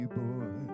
boy